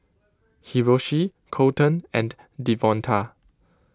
Hiroshi Colton and Devonta